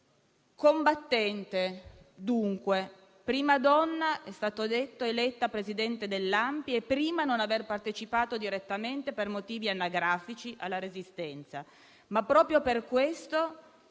Combattente, dunque; prima donna - è stato detto - eletta presidente dell'ANPI e prima presidente a non aver partecipato direttamente, per motivi anagrafici, alla Resistenza. Ma proprio per questo